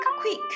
Quick